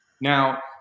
Now